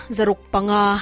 Zarukpanga